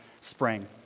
spring